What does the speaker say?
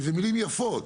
כי זה מילים יפות.